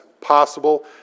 possible